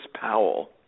Powell